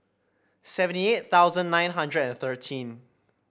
seventy eight thousand nine hundred and thirteen